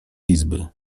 izby